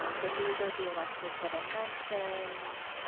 um so these are the electives that i mentioned